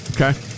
Okay